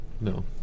No